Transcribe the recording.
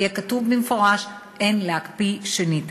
ויהיה כתוב במפורש "אין להקפיא שנית".